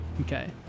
Okay